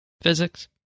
physics